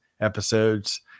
episodes